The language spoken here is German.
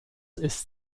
ist